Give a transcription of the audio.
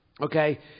Okay